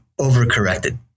overcorrected